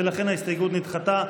ולכן ההסתייגות נדחתה.